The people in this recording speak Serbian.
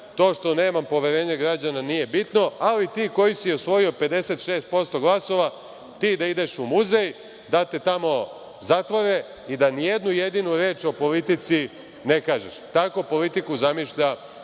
to što nemam poverenje građana nije bitno, ali ti koji si osvojio 56% glasova, ti da ideš u muzej da te tamo zatvore i da ni jednu jedinu reč o politici ne kažeš. Takvu politiku zamišlja